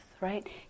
right